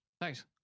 Thanks